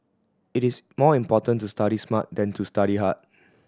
it is more important to study smart than to study hard